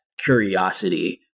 curiosity